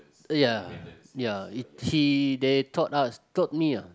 ya ya he he they taught us taught me ah